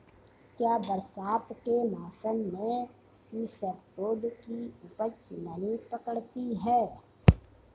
क्या बरसात के मौसम में इसबगोल की उपज नमी पकड़ती है?